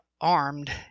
armed